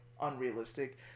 unrealistic